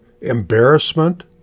embarrassment